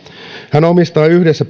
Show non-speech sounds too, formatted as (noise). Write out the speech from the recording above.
hän omistaa yhdessä (unintelligible)